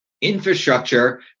infrastructure